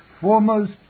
foremost